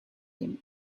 him